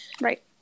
right